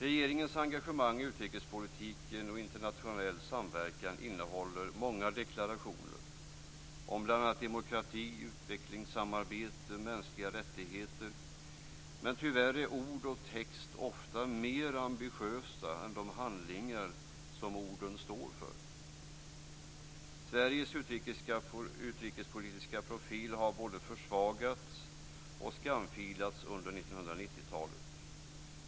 Regeringens engagemang i utrikespolitik och i internationell samverkan innehåller många deklarationer om bl.a. demokrati, utvecklingssamarbete och mänskliga rättigheter. Men tyvärr är ord och text ofta mer ambitiösa än de handlingar som orden står för. Sveriges utrikespolitiska profil har både försvagats och skamfilats under 1990-talet.